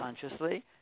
consciously